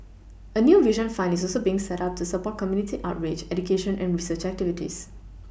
a new vision fund is also being set up to support community outreach education and research activities